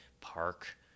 park